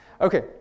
Okay